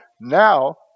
now